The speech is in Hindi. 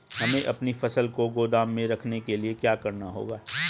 हमें अपनी फसल को गोदाम में रखने के लिये क्या करना होगा?